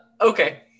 Okay